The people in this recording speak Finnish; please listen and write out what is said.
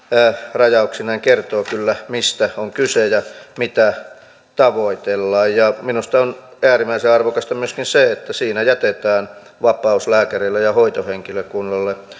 rajauksina kertovat kyllä mistä on kyse ja mitä tavoitellaan minusta on äärimmäisen arvokasta myöskin se että siinä jätetään vapaus lääkäreille ja hoitohenkilökunnalle